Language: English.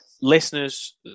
listeners